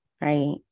right